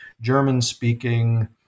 German-speaking